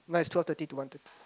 mine is twelve thirty to one third